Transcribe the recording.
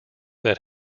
that